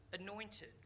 anointed